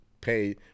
pay